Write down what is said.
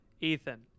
Ethan